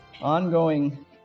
ongoing